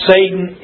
Satan